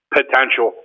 potential